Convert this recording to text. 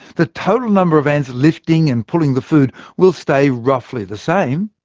the total number of ants lifting and pulling the food will stay roughly the same,